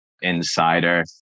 insider